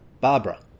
Barbara